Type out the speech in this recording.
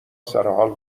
سرحال